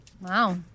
Wow